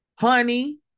honey